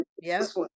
Yes